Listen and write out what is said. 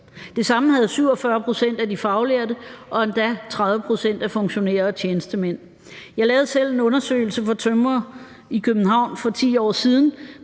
Det samme havde 47 pct. af de faglærte, og endda 30 pct. af funktionærer og tjenestemænd. Jeg lavede selv en undersøgelse for tømrere i København for 10 år siden.